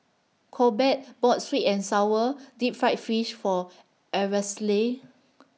Corbett bought Sweet and Sour Deep Fried Fish For Aracely